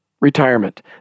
Retirement